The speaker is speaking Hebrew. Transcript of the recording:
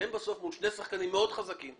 שני שחקנים חזקים מאוד.